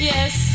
Yes